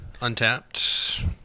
Untapped